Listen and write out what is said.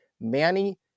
Manny